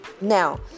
now